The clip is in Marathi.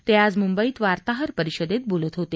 ते आज मुंबईत वार्ताहर परिषदेत बोलत होते